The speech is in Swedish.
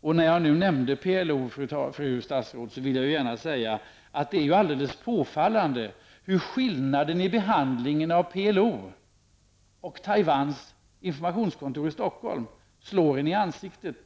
När jag nu har nämnt PLO, fru statsråd, vill jag säga att det är alldeles påfallande hur skillnaden i behandlingen av PLO och Taiwans informationskontor i Stockholm slår en i ansiktet.